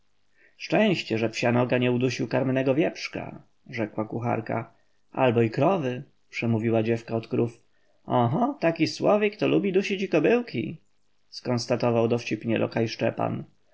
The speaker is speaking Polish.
szczęście że psia noga nie udusił karmnego wieprzka rzekła kucharka albo i krowy przemówiła dziewka od krów oho taki słowik to lubi dusić i kobyłki skonstatował dowcipnie lokaj szczepan